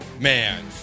man